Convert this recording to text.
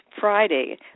Friday